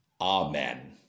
Amen